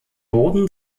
boden